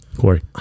corey